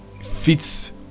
fits